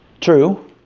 True